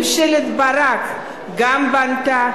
גם ממשלת ברק בנתה,